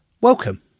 Welcome